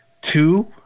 two